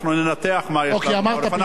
אנחנו ננתח מה, כי אמרת, פתאום הזכרת עורף.